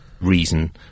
reason